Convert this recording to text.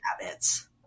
habits